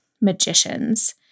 magicians